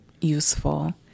useful